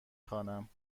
خوانم